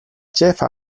ĉefa